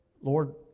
Lord